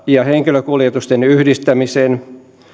ja henkilökuljetusten yhdistämisen